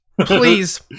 Please